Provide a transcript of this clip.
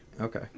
Okay